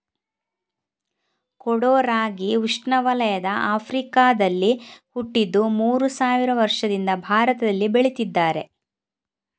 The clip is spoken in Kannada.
ಕೊಡೋ ರಾಗಿ ಉಷ್ಣವಲಯದ ಆಫ್ರಿಕಾದಲ್ಲಿ ಹುಟ್ಟಿದ್ದು ಮೂರು ಸಾವಿರ ವರ್ಷದಿಂದ ಭಾರತದಲ್ಲಿ ಬೆಳೀತಿದ್ದಾರೆ